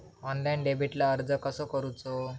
Online डेबिटला अर्ज कसो करूचो?